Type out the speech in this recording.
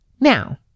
Now